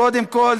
קודם כול,